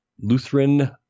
Lutheran